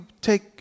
take